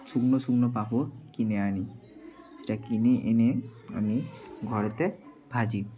শুকনো শুকনো পাঁপড় কিনে আনি সেটা কিনে এনে আমি ঘরেতে ভাজি